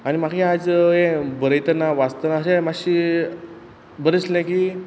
आनी म्हाका याज यें बरयतना वाचतना अशें माश्शी बरें इसलें की